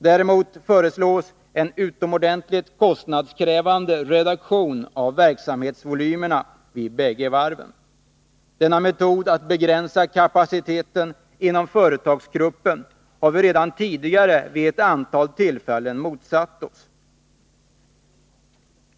Däremot föreslås en utomordentligt kostnadskrävande reduktion av verksamhetsvolymerna vid bägge varven. Denna metod att begränsa kapaciteten inom företagsgruppen har vi redan tidigare vid ett antal tillfällen motsatt oss.